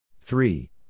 three